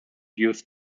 youth